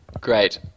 Great